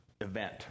event